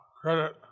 credit